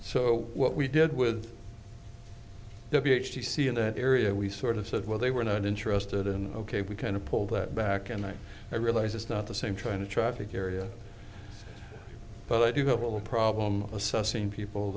so what we did with the ph d c in that area we sort of said well they were not interested in ok we kind of pull that back and i realize it's not the same trying to traffic area but i do have a problem assessing people